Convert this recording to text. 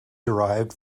derived